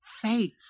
faith